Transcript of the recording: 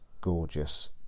gorgeous